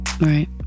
Right